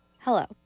Hello